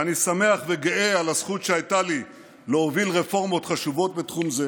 ואני שמח וגאה על הזכות שהייתה לי להוביל רפורמות חשובות בתחום זה.